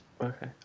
Okay